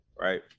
right